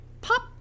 pop